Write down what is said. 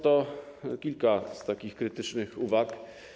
To kilka z takich krytycznych uwag.